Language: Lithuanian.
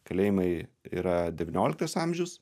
kalėjimai yra devynioliktas amžius